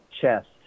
chest